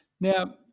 Now